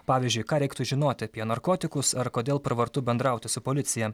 pavyzdžiui ką reiktų žinoti apie narkotikus ar kodėl pravartu bendrauti su policija